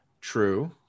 True